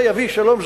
זה יביא שלום,